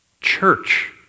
church